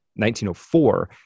1904